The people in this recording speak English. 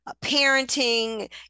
parenting